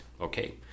okay